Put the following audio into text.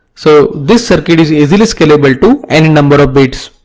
so this circuit is easily scalable to any number of bits.